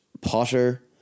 Potter